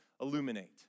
illuminate